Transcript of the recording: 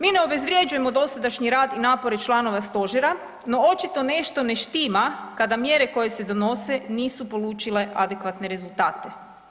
Mi ne obezvrjeđujemo dosadašnji rad i napore članova Stožera, no očito nešto ne štima kada mjere koje se donose nisu polučile adekvatne rezultate.